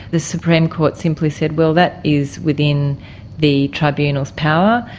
the supreme court simply said, well, that is within the tribunal's power,